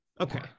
okay